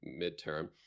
midterm